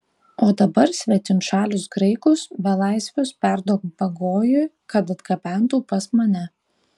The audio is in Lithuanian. o dabar svetimšalius graikus belaisvius perduok bagojui kad atgabentų pas mane